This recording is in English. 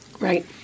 Right